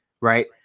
Right